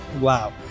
Wow